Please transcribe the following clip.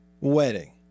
wedding